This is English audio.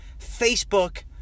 Facebook